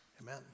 Amen